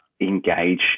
engage